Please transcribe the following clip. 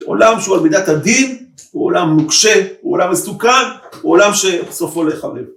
עולם שהוא על מידת הדין, הוא עולם נוקשה, הוא עולם מסוכן, הוא עולם שסופו להיחרב.